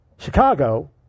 Chicago